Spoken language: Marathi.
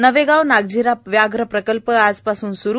नावेगाओ नागझिरा व्याघ्र प्रकल्प आजपासून स्रू